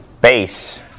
Base